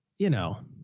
you know,